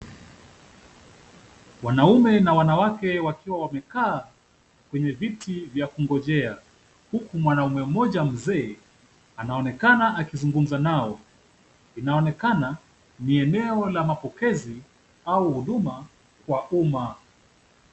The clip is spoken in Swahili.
Wanaume na wanawake wakiwa wamekaa kwenye viti vya kungojea, huku mwanaume mmoja mzee anaonekana akizungumza nao. Inaonekana ni eneo la mapokezi au huduma kwa umma.